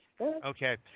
okay